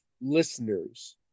listeners